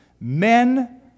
Men